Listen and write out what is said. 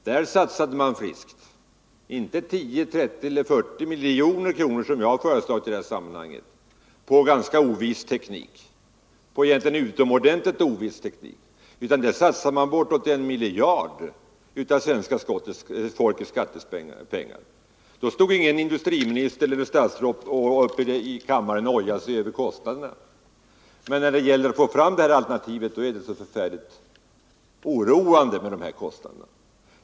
Där satsade man friskt inte 10, 30 eller 40 miljoner — som jag har föreslagit i detta sammanhang — på en utomordentligt oviss teknik, utan där satsade man bortåt en miljard av svenska folkets skattepengar. Då stod inget statsråd i kammaren och ojade sig över kostnaderna. Men när det gäller att få fram alternativ till kärnkraften är det så förfärligt oroande med kostnaderna.